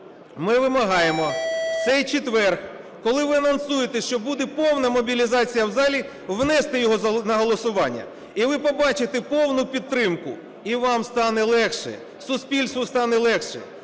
Ми вимагаємо в цей четвер, коли ви анонсуєте, що буде повна мобілізація в залі, внести його на голосування, і ви побачите повну підтримку, і вам стане легше, суспільству стане легше.